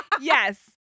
Yes